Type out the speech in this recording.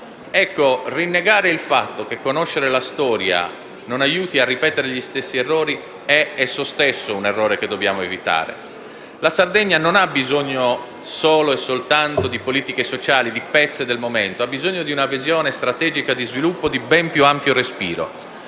Rinnegare il fatto che conoscere la storia aiuti a non ripetere gli stessi errori è esso stesso un errore che dobbiamo evitare. La Sardegna non ho bisogno solo di politiche sociali, di pezze del momento, ma ha bisogno di una visione strategica di sviluppo di ben più ampio respiro